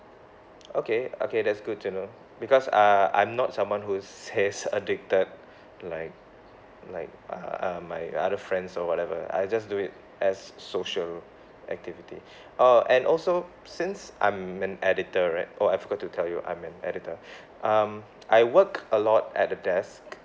okay okay that's good to know because uh I'm not someone who is as addicted like like uh um my other friends or whatever I just do it as social activity uh and also since I'm an editor right oh I forgot to tell you I'm an editor um I work a lot at the desk